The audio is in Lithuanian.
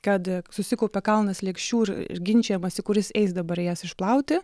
kad susikaupė kalnas lėkščių ir ginčijamasi kuris eis dabar jas išplauti